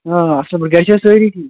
آ اَصٕل پٲٹھۍ گَرِ چھا سٲری ٹھیٖک